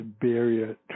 barrier